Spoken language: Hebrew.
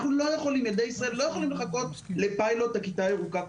ילדי ישראל לא יכולים לחכות לפיילוט הכיתה הירוקה.